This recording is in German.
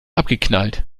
abgeknallt